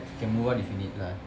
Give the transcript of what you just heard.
can move out if you need lah